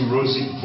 Rosie